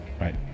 right